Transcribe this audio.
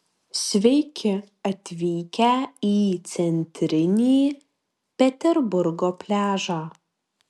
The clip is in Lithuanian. sveiki atvykę į centrinį sankt peterburgo pliažą